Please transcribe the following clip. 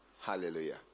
Hallelujah